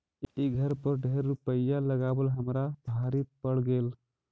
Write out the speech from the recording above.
ई घर पर ढेर रूपईया लगाबल हमरा भारी पड़ गेल